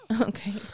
Okay